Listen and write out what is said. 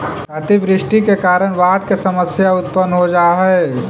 अतिवृष्टि के कारण बाढ़ के समस्या उत्पन्न हो जा हई